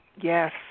Yes